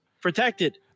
protected